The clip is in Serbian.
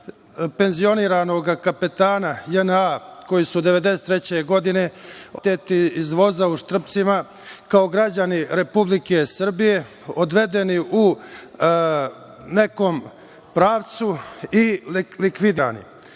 penzionisanog kapetana JNA koji su 1993. godine oteti iz voza u Štrpcima kao građani Republike Srbije, odvedeni u nekom pravcu i likvidirani. Dakle,